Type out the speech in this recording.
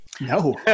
No